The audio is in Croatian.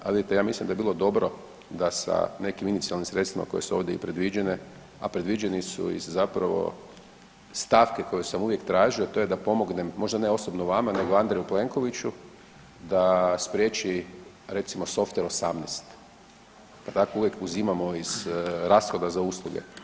Ali vidite ja mislim da bi bilo dobro da sa nekim inicijalnim sredstvima koja su ovdje i predviđene, a predviđeni su iz zapravo stavke koju sam uvijek tražio, a to je da pomognem možda ne osobno vama nego Andreju Plenkoviću da spriječi recimo softver 18, pa tako uvijek uzimamo iz rashoda za usluge.